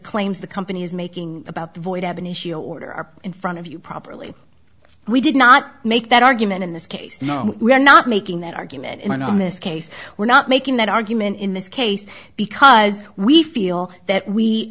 claims the company is making about void ab initio order are in front of you properly we did not make that argument in this case we are not making that argument and on this case we're not making that argument in this case because we feel that we